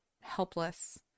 helpless